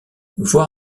voir